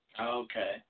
Okay